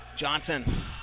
Johnson